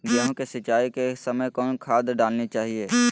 गेंहू के सिंचाई के समय कौन खाद डालनी चाइये?